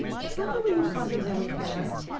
is that the way you cross-examine clare?